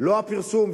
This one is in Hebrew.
לא הפרסום.